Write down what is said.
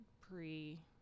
pre